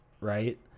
right